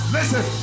Listen